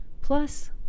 plus